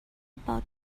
about